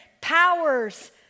powers